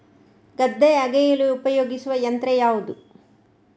ಗದ್ದೆ ಅಗೆಯಲು ಉಪಯೋಗಿಸುವ ಯಂತ್ರ ಯಾವುದು?